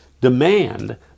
Demand